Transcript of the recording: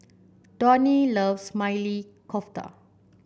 Donnie loves Maili Kofta